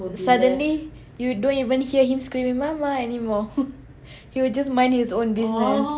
suddenly you don't even hear him screaming mama anymore he will just mind his own business